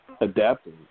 Adapting